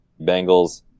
Bengals